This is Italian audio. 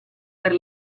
per